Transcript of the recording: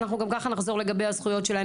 אנחנו גם ככה נחזור לגבי הזכויות שלהן